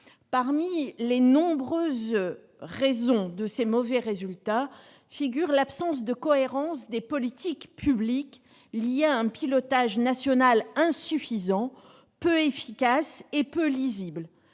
Parmi les nombreuses raisons de ces mauvais résultats figure l'absence de cohérence des politiques publiques, liée à un pilotage national insuffisant, peu efficace et peu lisible.